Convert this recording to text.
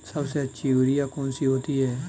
सबसे अच्छी यूरिया कौन सी होती है?